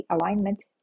alignment